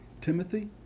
Timothy